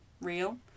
real